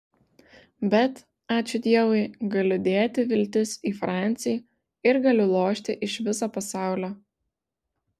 bet ačiū dievui galiu dėti viltis į francį ir galiu lošti iš viso pasaulio